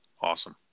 awesome